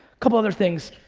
couple of things.